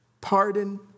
Pardon